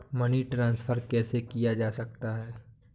Money transfer कैसे किया जा सकता है?